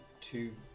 two